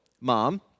Mom